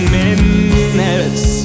minutes